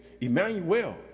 Emmanuel